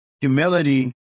humility